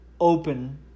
open